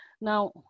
Now